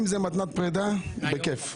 אם זו מתנת פרידה, בכיף.